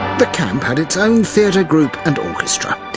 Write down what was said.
the camp had its own theatre group and orchestra,